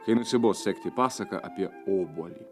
kai nusibos sekti pasaką apie obuolį